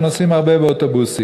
שנוסעים הרבה באוטובוסים.